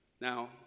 Now